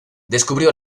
descubrió